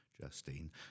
Justine